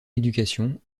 éducation